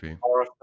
horror